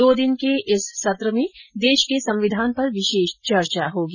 दो दिन के इस सत्र में देश के संविधान पर विशेष चर्चा होगी